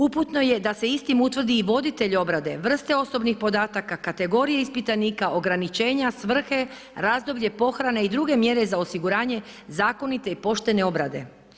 Uputno je da se istim utvrdi i voditelj obrade, vrste osobnih podatak, kategorije ispitanika, ograničenja, svrhe, razdoblje pohrane i druge mjere za osiguranje, zakonite i poštene obrade.